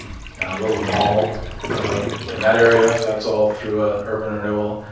and a little mall in that area. that's all through an urban renewal.